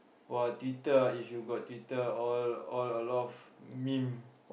!wah! Twitter ah if you got Twitter all all a lot of meme